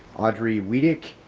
audrey redic,